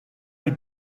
die